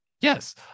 yes